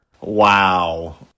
Wow